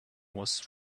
was